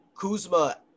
Kuzma